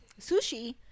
sushi